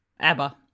ABBA